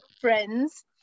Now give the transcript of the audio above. friends